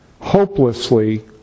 hopelessly